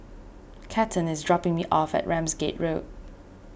Cathern is dropping me off at Ramsgate Road